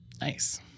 nice